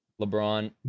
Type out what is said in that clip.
LeBron